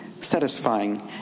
satisfying